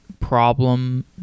problem